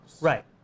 Right